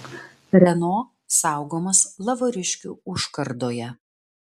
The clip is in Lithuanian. renault saugomas lavoriškių užkardoje